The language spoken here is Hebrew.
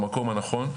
במקום הנכון,